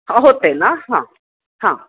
होते ना हां हां